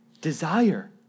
desire